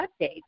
updates